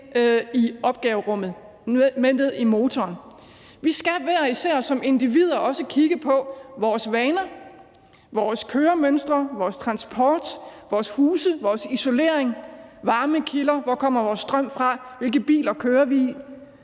i opgaverummet, med ned i motorrummet. Vi skal hver især som individer også kigge på vores vaner, vores køremønstre, vores transport, vores huse og deres isolering og varmekilder, hvor vores strøm kommer fra, hvilke biler vi kører i,